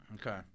Okay